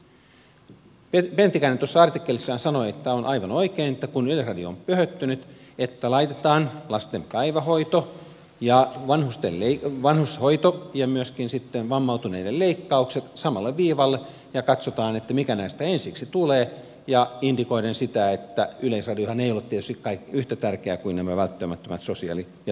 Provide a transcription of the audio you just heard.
pentikäinen tuossa artikkelissaan sanoi että on aivan oikein että kun yleisradio on pöhöttynyt niin laitetaan lasten päivähoito ja vanhushoito ja myöskin vammautuneiden leikkaukset samalle viivalle ja katsotaan mikä näistä ensiksi tulee indikoiden sitä että yleisradiohan ei ole tietysti yhtä tärkeä kuin nämä välttämättömät sosiaali ja terveyspalvelut yhteiskunnassa